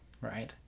right